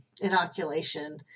inoculation